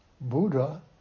Buddha